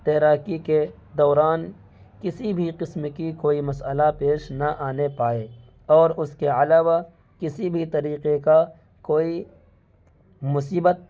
تیراکی کے دوران کسی بھی قسم کی کوئی مسئلہ پیش نہ آنے پائے اور اس کے علاوہ کسی بھی طریقے کا کوئیمصیبت